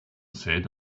said